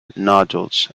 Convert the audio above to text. nodules